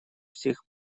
всех